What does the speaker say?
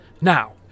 Now